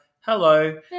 hello